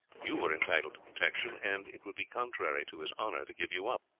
you were entitled to protection, and it would be contrary to his honour to give you up.